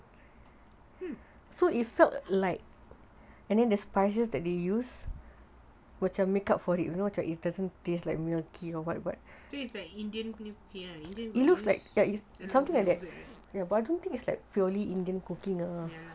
so it's like indian milk tea ah